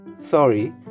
Sorry